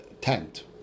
tent